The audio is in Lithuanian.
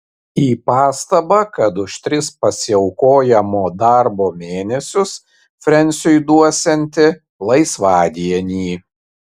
į pastabą kad už tris pasiaukojamo darbo mėnesius frensiui duosianti laisvadienį